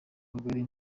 kagari